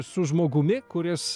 su žmogumi kuris